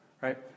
right